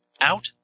Out